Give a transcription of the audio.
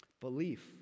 Belief